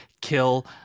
kill